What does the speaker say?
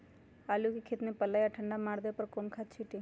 आलू के खेत में पल्ला या ठंडा मार देवे पर कौन खाद छींटी?